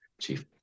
Chief